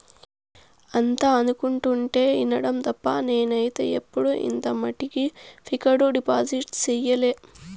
అంతా అనుకుంటుంటే ఇనడం తప్ప నేనైతే ఎప్పుడు ఇంత మట్టికి ఫిక్కడు డిపాజిట్ సెయ్యలే